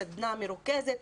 סדנא מרוכזת,